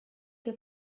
che